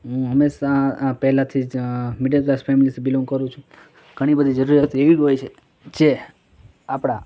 હું હંમેશા પહેલાંથી જ મિડલ ક્લાસ ફેમિલીથી બિલોન્ગ કરું છું ઘણી બધી જરુરિયાત એવી હોય છે જે આપણા